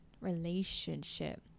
relationship